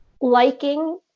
liking